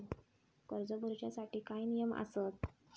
कर्ज भरूच्या साठी काय नियम आसत?